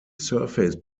surface